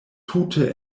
tute